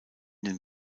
den